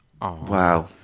wow